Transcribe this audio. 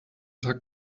tag